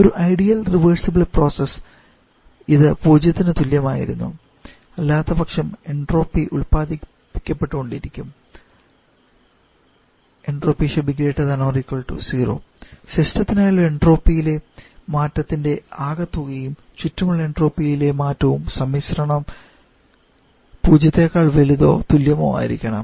ഒരു ideal reversible process ഇത് പൂജ്യത്തിന് തുല്യമായിരുന്നു അല്ലാത്ത പക്ഷം എൻട്രോപ്പി ഉത്പാദിപ്പിക്കപ്പെട്ട് കൊണ്ടിരിക്കും 𝑆𝑔𝑒𝑛 ≥ 0 സിസ്റ്റത്തിനായുള്ള എൻട്രോപ്പിയിലെ മാറ്റത്തിന്റെ ആകെത്തുകയും ചുറ്റുമുള്ള എൻട്രോപ്പിയിലെ മാറ്റവും സമ്മിശ്രണം പൂജ്യത്തേക്കാൾ വലുതോ തുല്യമോ ആയിരിക്കണം